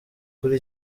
kuri